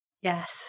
Yes